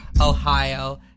Ohio